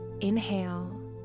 inhale